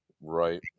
right